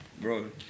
Bro